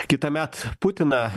kitąmet putiną